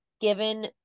given